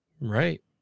right